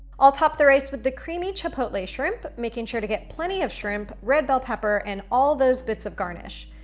i'll top the rice with the creamy chipotle shrimp, making sure to get plenty of shrimp, red bell pepper and all those bits of garnish.